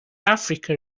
africa